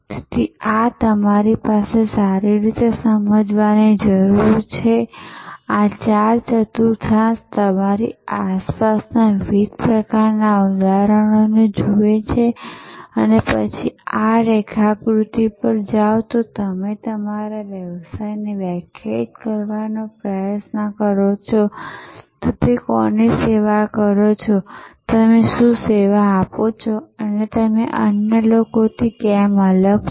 તેથી આ તમારે સારી રીતે સમજવાની જરૂર છે આ ચાર ચતુર્થાંશ તમારી આસપાસના વિવિધ પ્રકારનાં ઉદાહરણોને જુએ છે અને પછી આ રેખાકૃતિ પર જાઓ અને તમારા વ્યવસાયને વ્યાખ્યાયિત કરવાનો પ્રયાસ કરો કે તમે કોની સેવા કરો છો તમે શું સેવા આપો છો તમે અન્ય લોકોથી કેમ અલગ છો